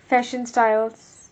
fashion styles